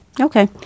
Okay